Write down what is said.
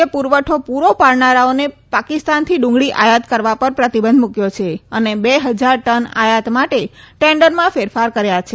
એ પુરવઠો પુરો પાડનારાઓને પાકિસ્તાનથી ડુંગળી આયાત કરવા પર પ્રતિબંધ મુકયો છે અને બે હજાર ટન આયાત માટે ટેન્ડરમાં ફેરફાર કર્યા છે